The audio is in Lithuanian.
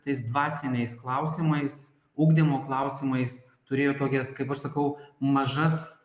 tais dvasiniais klausimais ugdymo klausimais turėjo tokias kaip aš sakau mažas